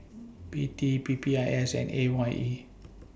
P T P P I S and A Y E